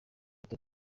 foto